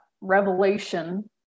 revelation